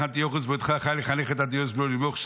אנטיוכוס בעודנו חי לחנך את אנטיוכוס בנו למלך,